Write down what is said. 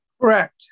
Correct